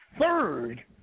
third